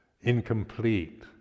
incomplete